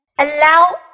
Allow